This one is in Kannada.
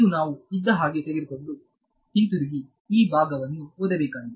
ಇದು ನಾವು ಇದ್ದಹಾಗೆ ತೆಗೆದುಕೊಂಡು ಹಿಂತಿರುಗಿ ಈ ಭಾಗವನ್ನು ಓದಬೇಕಾಗಿದೆ